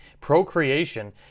Procreation